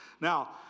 Now